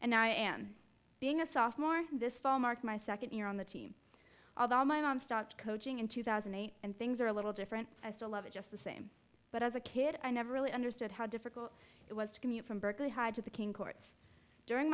and i am being a sophomore this fall mark my second year on the team although my mom stopped coaching in two thousand and eight and things are a little different i still love it just the same but as a kid i never really understood how difficult it was to commute from berkeley high to the king courts during